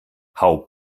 hau